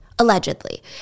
Allegedly